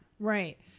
Right